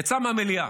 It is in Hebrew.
יצא מהמליאה,